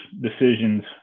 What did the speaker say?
decisions